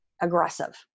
aggressive